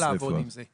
שנוכל לעבוד עם זה.